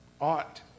ought